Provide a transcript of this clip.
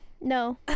No